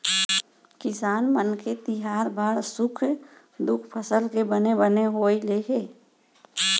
किसान मन के तिहार बार सुख दुख फसल के बने बने होवई ले हे